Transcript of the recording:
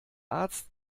arzt